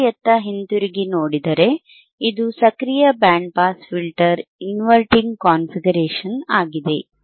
ಪರದೆಯತ್ತ ಹಿಂತಿರುಗಿ ನೋಡಿದರೆ ಇದು ಸಕ್ರಿಯ band pass filter inverting configuration ಆಗಿದೆ